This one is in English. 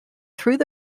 through